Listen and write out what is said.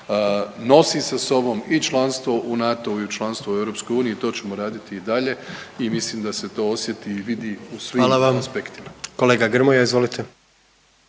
nosi sa sobom i članstvo u NATO i članstvo u Europskoj uniji. To ćemo raditi i dalje i mislim da se to osjeti i vidi u svim aspektima. **Jandroković, Gordan (HDZ)**